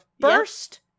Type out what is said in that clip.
first